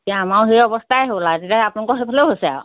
এতিয়া আমাও সেই অৱস্থাই হ'ল আৰু এতিয়া আপোনালোকৰ সেইফালেও হৈছে আৰু